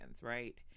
right